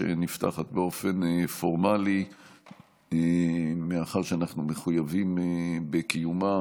שנפתחת באופן פורמלי מאחר שאנחנו מחויבים בקיומה